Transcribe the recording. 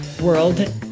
world